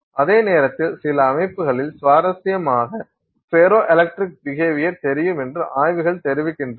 அதே நேரத்தில் சில அமைப்புகளில் சுவாரஸ்யமாக ஃபெரோ எலக்ட்ரிக் பிகேவியர் தெரியும் என்று ஆய்வுகள் தெரிவிக்கின்றன